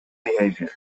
behavior